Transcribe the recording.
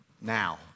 now